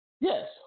Yes